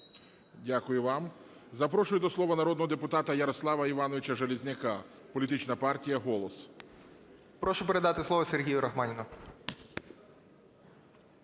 Дякую вам. Запрошую до слова народного депутата Ярослава Івановича Железняка, політична партія "Голос". 16:49:57 ЖЕЛЕЗНЯК Я.І. Прошу передати слово Сергію Рахманіну.